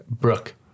Brooke